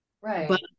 Right